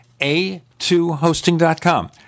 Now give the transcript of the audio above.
A2hosting.com